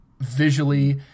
visually